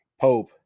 Pope